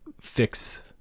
fix